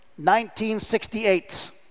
1968